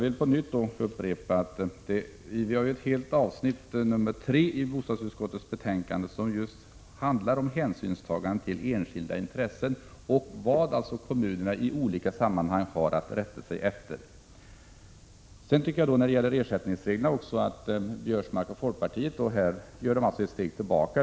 I bostadsutskottets betänkande finns det alltså ett avsnitt, nr 3, som handlar om just hänsynstagande till enskilda intressen och om vad kommunerna har att rätta sig efter i olika sammanhang. Beträffande ersättningsreglerna tycker jag att Karl-Göran Biörsmark och folkpartiet tar ett steg tillbaka.